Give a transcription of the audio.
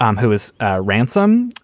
um who is ransom,